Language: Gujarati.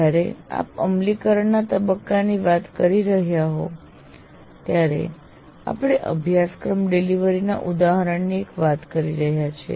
જ્યારે આપણે અમલીકરણના તબક્કાની વાત કરી રહ્યા છીએ ત્યારે આપણે અભ્યાસક્રમ ડિલિવરી ના એક ઉદાહરણની વાત કરી રહ્યા છીએ